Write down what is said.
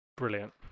Brilliant